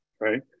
right